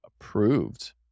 approved